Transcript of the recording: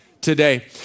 today